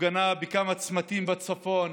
הפגנה בכמה צמתים בצפון,